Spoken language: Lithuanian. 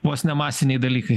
vos ne masiniai dalykai